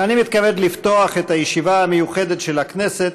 אני מתכבד לפתוח את הישיבה המיוחדת של הכנסת,